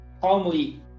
calmly